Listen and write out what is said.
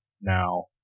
now